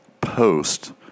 post